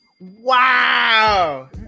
Wow